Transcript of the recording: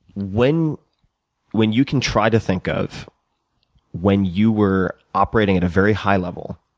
when when you can try to think of when you were operating at a very high level,